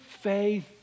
faith